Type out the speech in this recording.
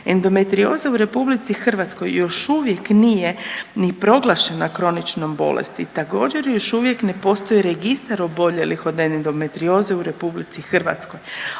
Endometrioza u RH u još uvijek nije ni proglašena kroničnom bolesti, također još uvijek ne postoji registar oboljelih od endometrioze u RH, a